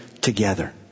together